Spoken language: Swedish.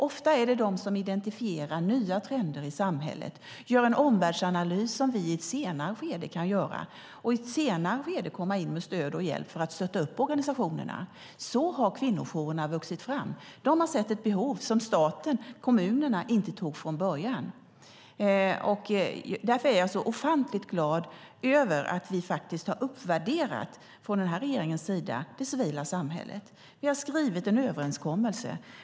Ofta är det de som identifierar nya trender i samhället och gör en omvärldsanalys som vi i ett senare skede kan göra och då komma in med stöd och hjälp för att stötta upp organisationerna. Så har kvinnojourerna vuxit fram. De har sett ett behov som staten, kommunerna, inte sett från början. Därför är jag så ofantligt glad över att den här regeringen faktiskt har uppvärderat det civila samhället. Vi har skrivit en överenskommelse.